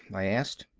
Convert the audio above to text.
i asked.